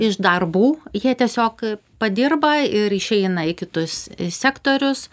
iš darbų jie tiesiog padirba ir išeina į kitus sektorius